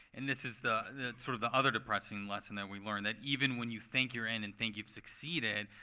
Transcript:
and this is the the sort of the other depressing lesson that we learned that even when you think you're in and think you've succeeded,